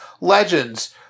Legends